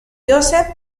joseph